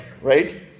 right